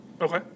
Okay